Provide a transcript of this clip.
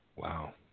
Wow